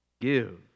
Give